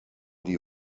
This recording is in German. die